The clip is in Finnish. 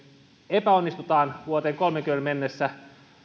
epäonnistumme vuoteen kolmessakymmenessä mennessä